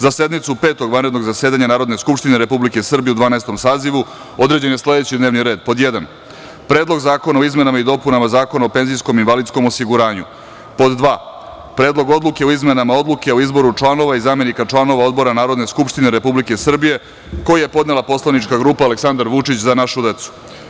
Za sednicu Petog vanrednog zasedanja Narodne skupštine Republike Srbije u Dvanaestom sazivu određen je sledeći D n e v n i r e d: 1. Predlog zakona o izmenama i dopunama Zakona o penzijskom i invalidskom osiguranju; 2. Predlog odluke o izmenama Odluke o izboru članova i zamenika članova Odbora Narodne skupštine Republike Srbije, koji je podnela poslanička grupa Aleksandar Vučić – Za našu decu.